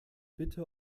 bitte